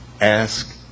Ask